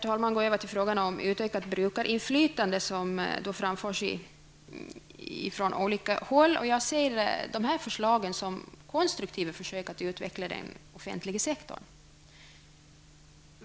Jag vill gå över till frågan om utökat brukarinflytande -- ett förslag som framförts från olika håll. Jag ser dessa förslag som konstruktiva försök att utveckla den offentliga sektorn.